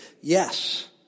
yes